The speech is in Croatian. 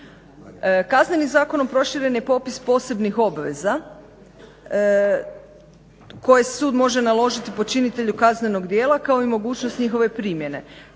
Kaznenim zakonom proširen je popis posebnih obveza koje sud može naložiti počinitelju kaznenog djela kao i mogućnost njihove primjene.